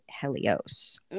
Helios